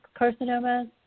carcinomas